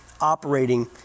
operating